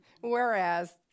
Whereas